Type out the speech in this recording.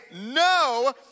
no